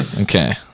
Okay